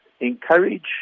encourage